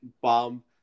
bomb